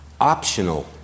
optional